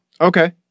okay